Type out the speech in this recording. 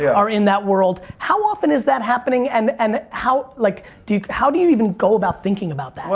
yeah are in that world. how often is that happening? and and how like do how do you even go about thinking about that? well,